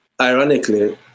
ironically